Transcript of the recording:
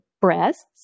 breasts